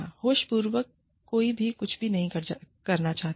होशपूर्वककोई भी कुछ भी नहीं करना चाहता है